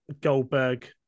Goldberg